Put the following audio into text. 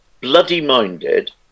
bloody-minded